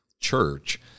church